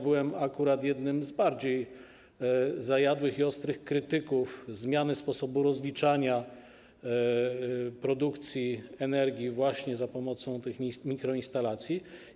Byłem akurat jednym z bardziej zajadłych i ostrych krytyków zmiany sposobu rozliczania produkcji energii za pomocą tych mikroinstalacji.